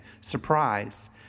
Surprise